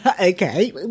Okay